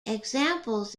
examples